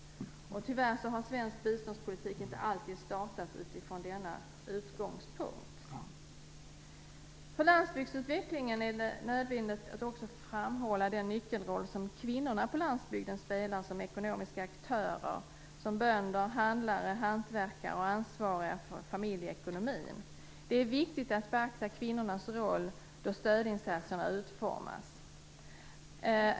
Tyvärr har svensk biståndspolitik inte alltid startat utifrån denna utgångspunkt. För landsbygsutvecklingen är det nödvändigt att också framhålla den nyckelroll som kvinnorna på landsbygden spelar som ekonomiska aktörer - som bönder, handlare, hantverkare och ansvariga för familjeekonomin. Det är viktigt att beakta kvinnornas roll då stödinsatserna utformas.